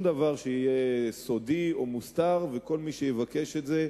דבר יהיה סודי או מוסתר וכל מי שיבקש את זה,